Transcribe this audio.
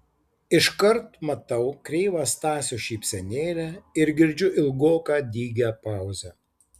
iškart matau kreivą stasio šypsenėlę ir girdžiu ilgoką dygią pauzę